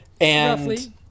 roughly